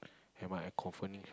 am I a